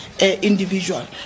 individual